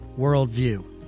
Worldview